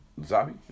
Zabi